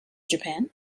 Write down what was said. japan